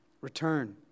Return